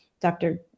Dr